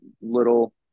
little